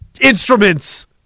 instruments